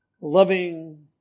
loving